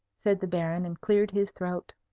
said the baron, and cleared his throat.